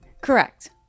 Correct